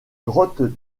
grottes